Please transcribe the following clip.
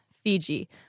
Fiji